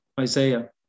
Isaiah